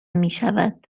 میشود